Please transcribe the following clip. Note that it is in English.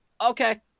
okay